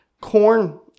Corn